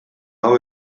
hau